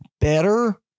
better